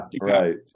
right